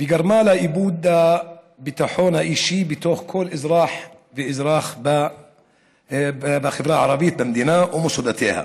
וגרמה לאיבוד הביטחון של כל אזרח ואזרח בחברה הערבית במדינה ובמוסדותיה,